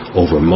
over